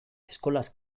eskolaz